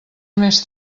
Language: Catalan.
més